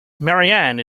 marianne